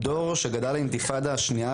דור שגדל על האינתיפאדה השנייה,